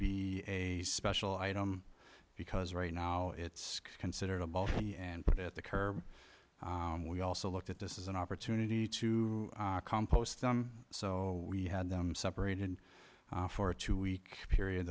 be a special item because right now it's considered a bowl and put it at the curb and we also looked at this is an opportunity to compost them so we had them separated for a two week period